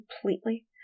completely